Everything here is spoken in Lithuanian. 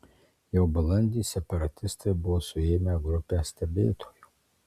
jau balandį separatistai buvo suėmę grupę stebėtojų